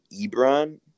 Ebron